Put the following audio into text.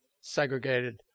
segregated